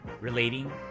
relating